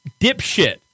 Dipshit